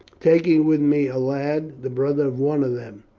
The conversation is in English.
taking with me a lad, the brother of one of them.